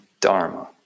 Dharma